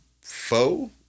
foe